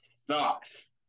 sucks